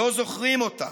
לא זוכרים אותם.